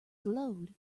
glowed